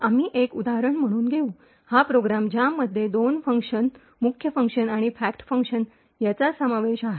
आम्ही एक उदाहरण म्हणून घेऊ हा प्रोग्राम ज्यामध्ये दोन फंक्शन्स मुख्य फंक्शन आणि फॅक्ट फंक्शन यांचा समावेश आहे